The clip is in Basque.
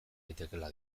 daitekeela